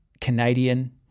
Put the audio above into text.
Canadian